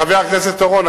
חבר הכנסת אורון,